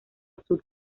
azul